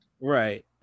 right